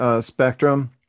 spectrum